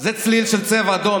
זה צליל של צבע אדום,